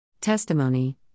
Testimony